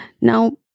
Now